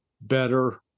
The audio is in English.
better